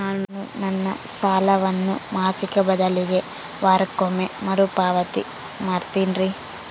ನಾನು ನನ್ನ ಸಾಲವನ್ನು ಮಾಸಿಕ ಬದಲಿಗೆ ವಾರಕ್ಕೊಮ್ಮೆ ಮರುಪಾವತಿ ಮಾಡ್ತಿನ್ರಿ